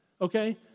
okay